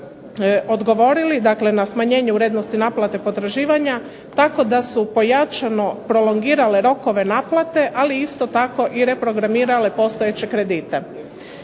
odgovorili, dakle na smanjenje vrijednosti naplate potraživanja tako da su pojačano prolongirale rokove naplate, ali isto tako i reprogramirale postojeće kredite.